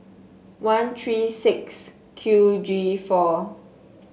one three six Q G four